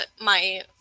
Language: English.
my-